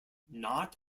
not